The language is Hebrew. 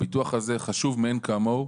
הביטוח הזה חשוב מאין כמוהו